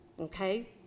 okay